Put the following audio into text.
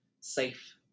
safe